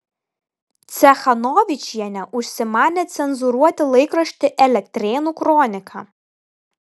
cechanovičienė užsimanė cenzūruoti laikraštį elektrėnų kronika